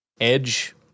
Edge